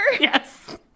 Yes